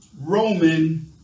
Roman